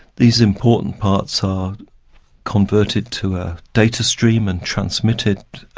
these important parts are converted to a data stream and transmitted